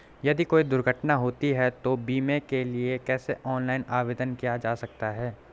यदि कोई दुर्घटना होती है तो बीमे के लिए कैसे ऑनलाइन आवेदन किया जा सकता है?